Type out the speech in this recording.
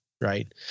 right